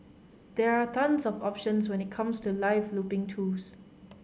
there are tons of options when it comes to live looping tools